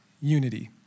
unity